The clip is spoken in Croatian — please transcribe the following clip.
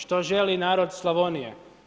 Što želi narod Slavonije?